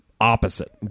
opposite